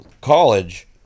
college